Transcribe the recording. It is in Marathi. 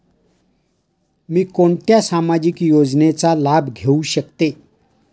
मी कोणत्या सामाजिक योजनेचा लाभ घेऊ शकते?